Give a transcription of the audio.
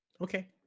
Okay